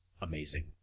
Amazing